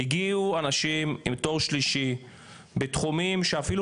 הגיעו אנשים עם תואר שלישי בתחומים שאפילו